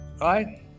right